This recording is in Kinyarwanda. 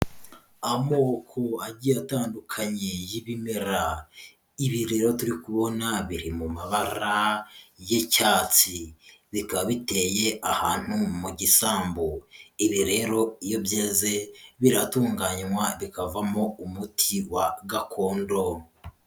Amoko agiye atandukanye y'ibimera. Ibi rero turi kubona biri mu mabara y'icyatsi, bikaba biteye ahantu mu gisambu. Ibi rero iyo byeze biratunganywa, bikavamo umuti wa gakondo.